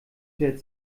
fährt